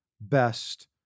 best